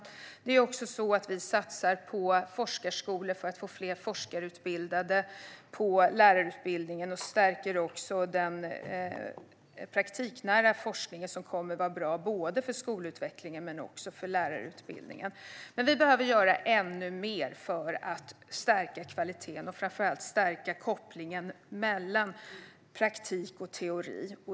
Vi satsar också på forskarskolor för att få fler forskarutbildade på lärarutbildningen, och vi stärker den praktiknära forskning som kommer att vara bra både för skolutvecklingen och för lärarutbildningen. Vi behöver dock göra ännu mer för att stärka kvaliteten och framför allt stärka kopplingen mellan praktik och teori.